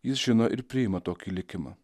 jis žino ir priima tokį likimą